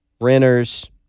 renters